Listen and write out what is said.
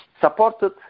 supported